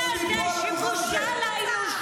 אלה שבאו, ילדים.